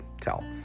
tell